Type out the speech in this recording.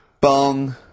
Bong